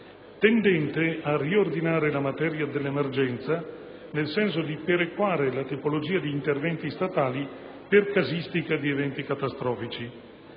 tendente a riordinare la materia dell'emergenza nel senso di perequare la tipologia di interventi statali per casistica di eventi catastrofici.